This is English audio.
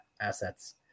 assets